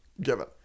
given